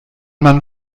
man